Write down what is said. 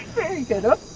very good ah